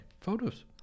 photos